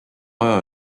aja